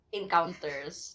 encounters